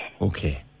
Okay